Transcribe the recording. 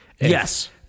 Yes